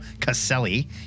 Caselli